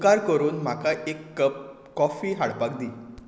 उपकार करून म्हाका एक कप कॉफी हाडपाक दी